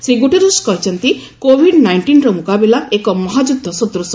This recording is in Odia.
ଶ୍ରୀ ଗୁଟେରସ୍ କହିଛନ୍ତି କୋଭିଡ୍ ନାଇଷ୍ଟିନ୍ର ମୁକାବିଲା ଏକ ମହାଯୁଦ୍ଧ ସଦୂଶ